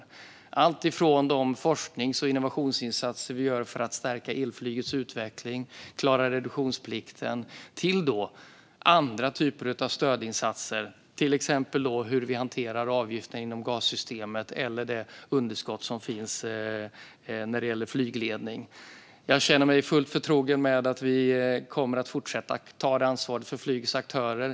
Det handlar om alltifrån de forsknings och innovationsinsatser vi gör för att stärka elflygets utveckling och klara reduktionsplikten till andra typer av stödinsatser, till exempel hur vi hanterar avgifterna inom GAS-systemet eller det underskott som finns när det gäller flygledning. Jag känner mig trygg med att vi kommer att fortsätta ta detta ansvar för flygets aktörer.